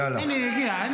הינה, היא הגיעה.